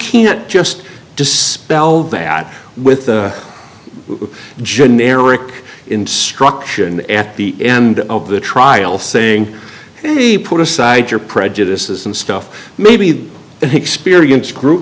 can't just dispel that with a generic instruction at the end of the trial saying put aside your prejudices and stuff maybe the experience group